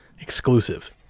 exclusive